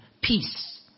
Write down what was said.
peace